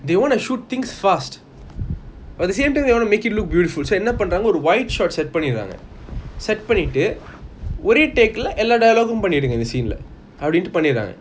they want to shoot things fast at the same thing they want to make it look beautiful so என்ன பண்றங்க ஒரு:enna panranga oru wide shot set பண்ணிடுறாங்க:paniduranga set பன்னிட்டு ஒரேய:panitu orey take lah எல்லா:ella dialogue உம் பண்ணிடுங்க இந்த:yum panidunga intha scene lah அப்பிடிண்டு பனிடுறாங்க:apidintu paniduranga